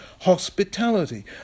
hospitality